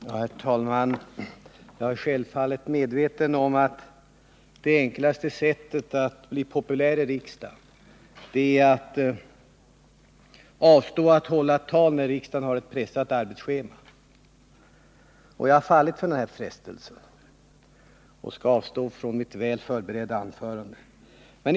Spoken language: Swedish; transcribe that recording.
Herr talman! Jag är självfallet medveten om att det enklaste sättet att bli populär i riksdagen är att avstå från att hålla ett tal när riksdagen har ett pressat arbetsschema. Jag har fallit för den här frestelsen och tänker avstå från mitt väl förberedda anförande.